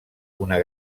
una